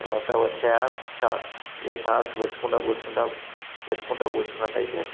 తర్వాత వచ్చే app shorts ఇక షార్ట్స్ పెట్టుకుంటు కూర్చుంటే పెట్టుకుంటు కూర్చున్నట్టయితే